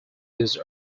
these